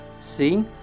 See